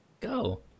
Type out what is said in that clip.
Go